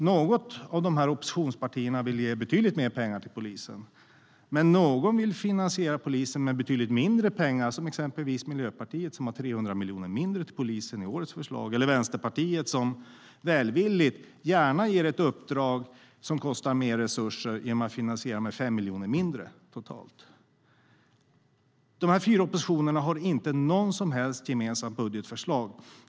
Något av oppositionspartierna vill ge betydligt mer pengar till polisen, något vill finansiera polisen med betydligt mindre pengar, exempelvis Miljöpartiet som har föreslagit 300 miljoner mindre till polisen i år, eller Vänsterpartiet som välvilligt och gärna ger ett uppdrag som kostar mer resurser men finansierar det med 5 miljoner mindre totalt. De fyra oppositionspartierna har inte något som helst gemensamt budgetförslag.